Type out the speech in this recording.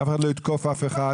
שאף אחד לא יתקוף אף אחד.